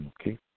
Okay